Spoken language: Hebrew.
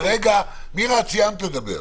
מירה, את סיימת לדבר.